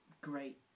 Great